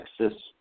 Texas